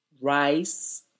rice